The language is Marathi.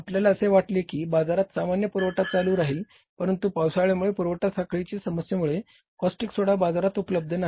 आपल्याला असे वाटले की बाजारात सामान्य पुरवठा चालू राहील परंतु पावसाळ्यामुळे पुरवठा साखळीच्या समस्येमुळे कॉस्टिक सोडा बाजारात उपलब्ध नाही